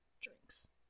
drinks